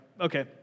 okay